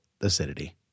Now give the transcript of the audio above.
acidity